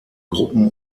gruppen